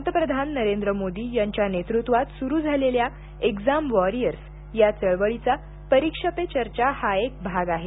पंतप्रधान नरेंद्र मोदी यांच्या नेतृत्वात सूरु झालेल्या एक्झाम वॉरियर्स या चळवळीचा परिक्षा पे चर्चा एक भाग आहे